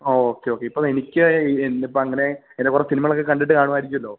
ആ okay okay ഇപ്പൊ എനിക്ക് എൻ്റെ ഇപ്പൊ അങ്ങനെ എൻ്റെ കൊറെ സിനിമകളൊക്കെ കണ്ടിട്ട് കാണുവാരിക്കുവല്ലോ